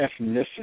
ethnicity